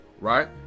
Right